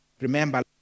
remember